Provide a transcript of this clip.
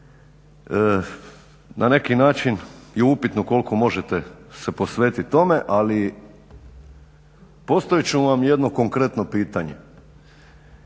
Na neki način je upitno koliko možete se posvetiti tome, ali postavit ću vam jedno konkretno pitanje.